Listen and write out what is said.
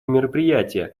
мероприятия